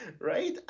right